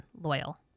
loyal